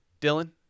Dylan